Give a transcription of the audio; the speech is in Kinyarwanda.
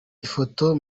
ifoto